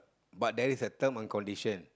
but there is a term and condition